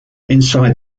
inside